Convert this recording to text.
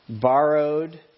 borrowed